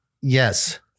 Yes